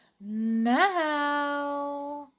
now